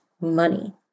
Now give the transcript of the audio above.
money